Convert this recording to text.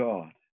God